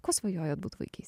ko svajojate būti vaikais